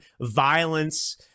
violence